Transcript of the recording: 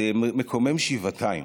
מקומם שבעתיים.